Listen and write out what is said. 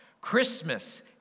Christmas